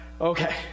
Okay